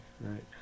right